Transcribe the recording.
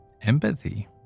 empathy